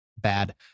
bad